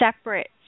separate